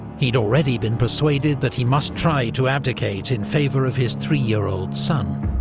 he'd already been persuaded that he must try to abdicate in favour of his three-year old son